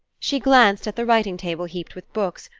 she glanced at the writing-table heaped with books,